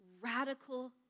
radical